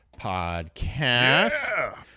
podcast